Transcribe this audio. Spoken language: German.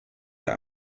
der